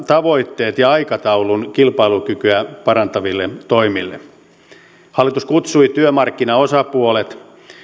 tavoitteet ja aikataulun kilpailukykyä parantaville toimille hallitus kutsui työmarkkinaosapuolet